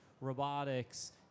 robotics